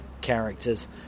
characters